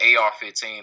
AR-15